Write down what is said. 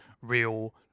real